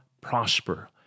prosper